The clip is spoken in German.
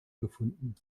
gefunden